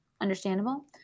Understandable